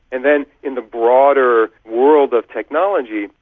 and then in the broader world of technology,